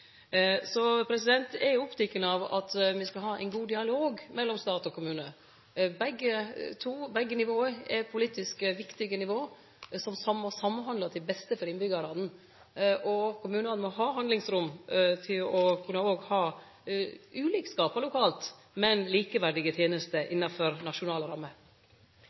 Eg er oppteken av at det skal vere ein god dialog mellom stat og kommune. Begge er politisk viktige nivå, som samhandlar til beste for innbyggjarane. Kommunane må ha handlingsrom til òg å kunne ha ulikskapar lokalt, men ha likeverdige tenester innanfor nasjonal ramme.